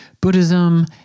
Buddhism